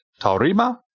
Taurima